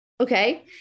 Okay